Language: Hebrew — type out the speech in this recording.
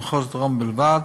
במחוז דרום בלבד,